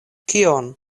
kion